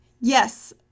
Yes